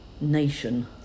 Nation